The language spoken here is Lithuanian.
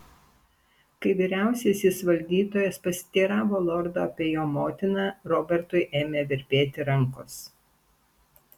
kai vyriausiasis valdytojas pasiteiravo lordo apie jo motiną robertui ėmė virpėti rankos